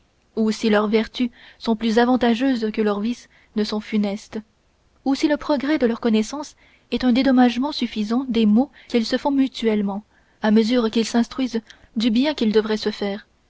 ou si leurs vertus sont plus avantageuses que leurs vices ne sont funestes ou si le progrès de leurs connaissances est un dédommagement suffisant des maux qu'ils se font mutuellement à mesure qu'ils s'instruisent du bien qu'ils devraient se faire